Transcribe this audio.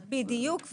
בדיוק.